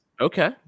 Okay